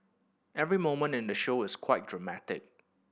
every moment in the show is quite dramatic